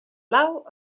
blau